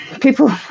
people